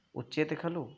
उच्यते खलु